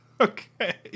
Okay